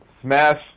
smash